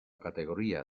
categoría